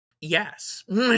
yes